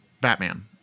batman